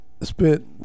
spent